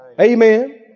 amen